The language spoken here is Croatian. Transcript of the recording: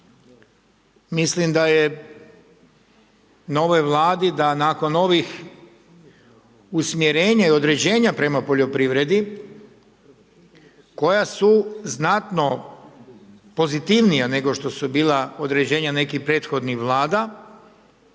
Mislim da je na ovoj Vladi da nakon ovih usmjerenja i određenja prema poljoprivredi koja su znatno pozitivnija nego što su bila određenja nekih prethodnih Vlada